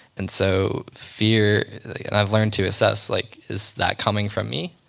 and so, fear. and i've learned to assess, like is that coming from me?